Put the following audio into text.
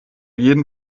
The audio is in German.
jeden